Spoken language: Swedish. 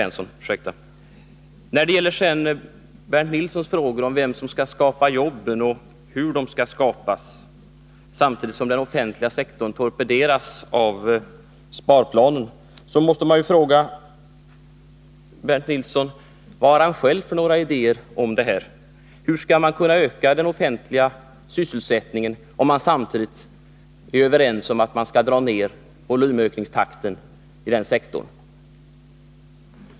När det gäller Bernt Nilssons frågor om vem som skall skapa jobben och hur de skall skapas, samtidigt som den offentliga sektorn torpederats av sparplanen, måste man ju fråga Bernt Nilsson: Vad har Bernt Nilsson själv för idéer om det här? Hur skall vi kunna öka den offentliga sysselsättningen, om vi samtidigt är överens om att dra ner volymökningstakten i den sektorn?